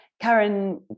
Karen